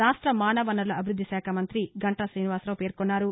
రాష్ట మానవ వనరుల అభివృద్ది శాఖ మంతి గంటా శ్రీనివాసరావు పేర్కొన్నారు